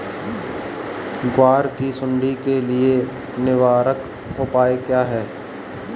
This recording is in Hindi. ग्वार की सुंडी के लिए निवारक उपाय क्या है?